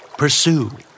Pursue